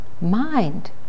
mind